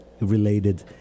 related